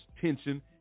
tension